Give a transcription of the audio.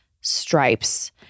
stripes